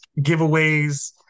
giveaways